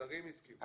השרים הסכימו.